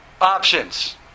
options